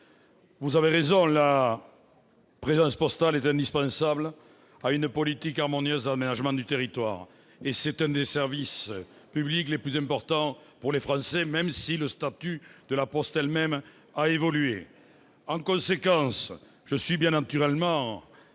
vous avez raison : la présence postale est indispensable à une politique harmonieuse d'aménagement du territoire. C'est l'un des services publics les plus importants pour les Français, même si le statut de La Poste a évolué. Je suis bien naturellement